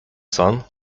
son